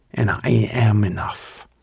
and i am enough.